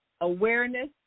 awareness